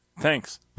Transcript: Thanks